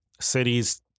cities